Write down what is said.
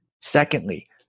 Secondly